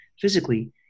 physically